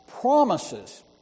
promises